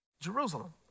Jerusalem